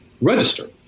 register